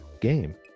game